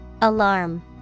Alarm